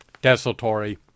desultory